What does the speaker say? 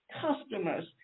customers